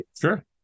Sure